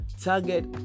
target